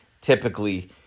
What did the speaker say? typically